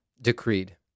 decreed